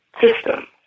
system